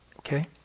Okay